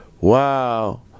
Wow